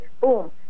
boom